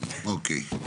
אוקיי.